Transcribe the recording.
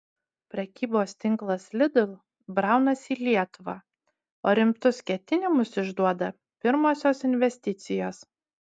prekybos tinklas lidl braunasi į lietuvą o rimtus ketinimus išduoda pirmosios investicijos